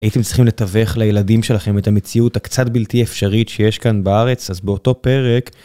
הייתם צריכים לתווך לילדים שלכם את המציאות הקצת בלתי אפשרית שיש כאן בארץ אז באותו פרק.